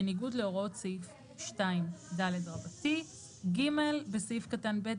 בניגוד להוראות סעיף 2ד."; (ג)בסעיף קטן (ב),